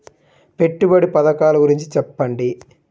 పెట్టుబడి పథకాల గురించి చెప్పండి?